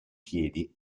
piedi